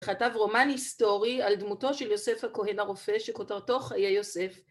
כתב רומן היסטורי על דמותו של יוסף הכהן הרופא שכותרתו חיי יוסף.